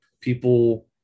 people